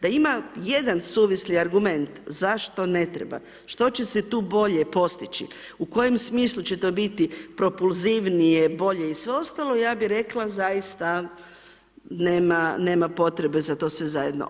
Da ima jedan suvisli argument zašto ne treba, što će se tu bolje postići, u kojem smislu će to biti propulzivnije, bolje i sve ostalo, ja bi rekla, zaista, nema potrebe za to sve zajedno.